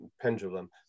pendulum